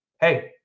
Hey